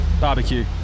Barbecue